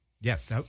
Yes